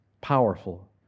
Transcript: powerful